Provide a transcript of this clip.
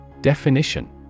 Definition